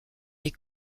les